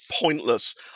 pointless